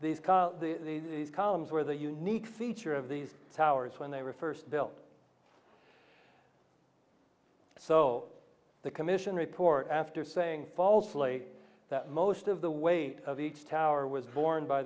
cars these columns were the unique feature of these towers when they were first built so the commission report after saying falsely that most of the weight of each tower was borne by